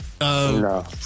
No